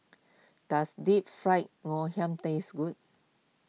does Deep Fried Ngoh Hiang taste good